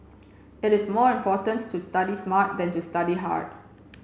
it is more important to study smart than to study hard